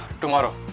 tomorrow